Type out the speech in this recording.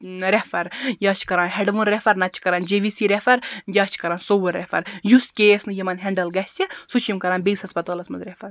refer یا چھِ کَران ہیٚڈوُن ریٚفَر نَتہٕ چھِ کَران جے وی سی ریٚفَر یا چھِ کَران سوٚوُر ریٚفَر یُس کیس نہٕ یِمَن ہیٚنڈل گَژھِ سُہ چھِ یِم کَران بیٚیِس ہَسپَتالَس مَنٛز ریٚفَر